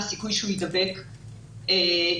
הסיכוי שהוא יידבק פוחת,